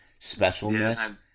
specialness